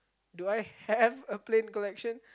do I have a plane collection